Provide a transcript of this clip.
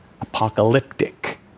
apocalyptic